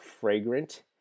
fragrant